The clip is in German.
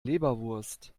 leberwurst